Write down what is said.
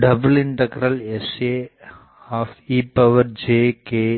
ftE0aysa ejkxxejkyy